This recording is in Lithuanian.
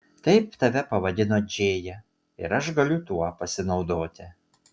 taip tave pavadino džėja ir aš galiu tuo pasinaudoti